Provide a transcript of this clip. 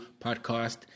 podcast